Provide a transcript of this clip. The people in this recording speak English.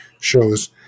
shows